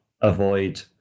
avoid